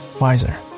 wiser